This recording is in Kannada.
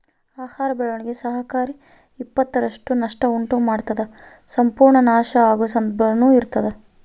ಆಹಾರ ಬೆಳೆಗಳಿಗೆ ಸರಾಸರಿ ಇಪ್ಪತ್ತರಷ್ಟು ನಷ್ಟ ಉಂಟು ಮಾಡ್ತದ ಸಂಪೂರ್ಣ ನಾಶ ಆಗೊ ಸಂದರ್ಭನೂ ಇರ್ತದ